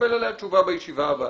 ונקבל עליה תשובה בישיבה הבאה